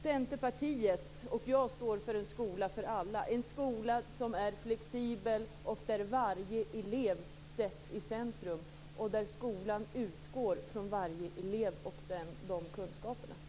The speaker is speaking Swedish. Centerpartiet och jag står för en skola för alla som är flexibel, där varje elev sätts i centrum och där skolan utgår från varje elev och kunskaperna.